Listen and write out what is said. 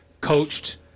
coached